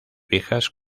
viejas